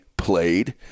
played